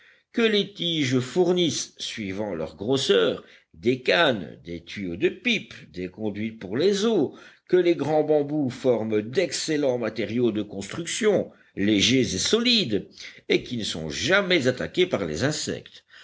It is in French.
que les tiges fournissent suivant leur grosseur des cannes des tuyaux de pipe des conduites pour les eaux que les grands bambous forment d'excellents matériaux de construction légers et solides et qui ne sont jamais attaqués par les insectes